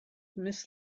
miss